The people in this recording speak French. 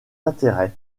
intérêts